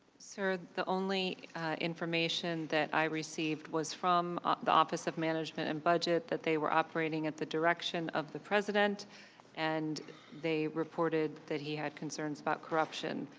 sir, the only information that i received was from the office of management and budget that they were operating at the direction of the president and they reported that he had concerns about corruption.